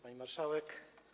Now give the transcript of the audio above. Pani Marszałek!